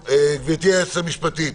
גברתי, היועצת המשפטית.